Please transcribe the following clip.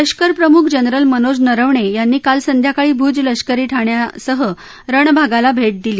लष्करप्रमुख जनरल मनोज नरवणे यांनी काल संध्याकाळी भूज लष्करी ठाण्यासह रण भागाला भेट दिली